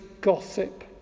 gossip